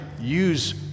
use